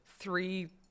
three